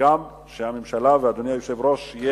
וגם שהממשלה ואדוני היושב-ראש יהיה,